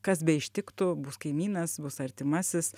kas beištiktų bus kaimynas bus artimasis